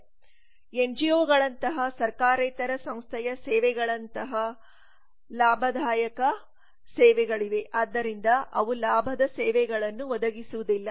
ಮತ್ತು ಎನ್ಜಿಒ ಗಳಂತಹ ಸರ್ಕಾರೇತರ ಸಂಸ್ಥೆಯ ಸೇವೆಗಳಂತಹ ಲಾಭದಾಯಕ ಸೇವೆಗಳಿಲ್ಲ ಆದ್ದರಿಂದ ಅವು ಲಾಭದ ಸೇವೆಗಳನ್ನು ಒದಗಿಸುವುದಿಲ್ಲ